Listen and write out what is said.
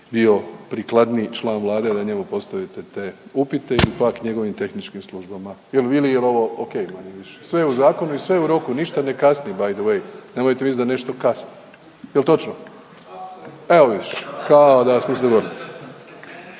bio prikladniji član Vlade da njemu postavite te upite ili pak njegovim tehničkim službama. Vili jel' ovo oko manje-više? Sve je u zakonu i sve je u roku, ništa ne kasni by the way. Nemojte misliti da nešto kasni. Jel' točno? …/Upadica sa strane,